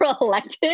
elected